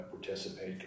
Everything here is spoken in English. participate